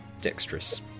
dexterous